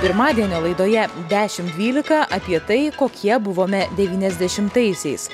pirmadienio laidoje dešimt dvylika apie tai kokie buvome devyniasdešimtaisiais